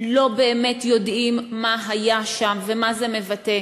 לא באמת יודעים מה היה שם ומה זה מבטא.